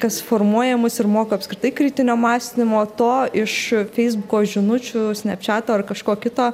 kas formuoja mus ir moko apskritai kritinio mąstymo to iš feisbuko žinučių snapčiato ar kažko kito